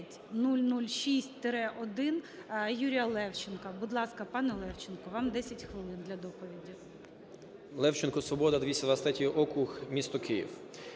Левченко, "Свобода", 223 округ, місто Київ.